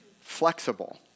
flexible